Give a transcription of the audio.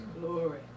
Glory